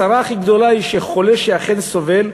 הצרה הכי גדולה היא שחולה שאכן סובל,